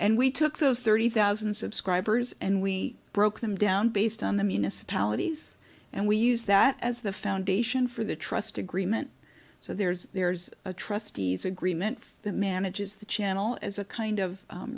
and we took those thirty thousand subscribers and we broke them down based on the municipalities and we use that as the foundation for the trust agreement so there's there's a trustees agreement that manages the channel as a kind of